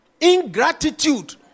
ingratitude